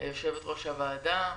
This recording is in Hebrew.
יושבת-ראש הוועדה.